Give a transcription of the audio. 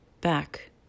back